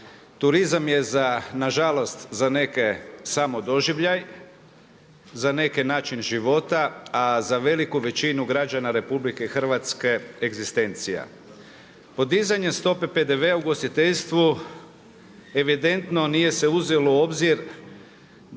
turizam je za na žalost za neke samo doživljaj, za neke način života, a za veliku većinu građana RH egzistencija. Podizanjem stope PDV-a u ugostiteljstvu evidentno nije se uzelo u obzir da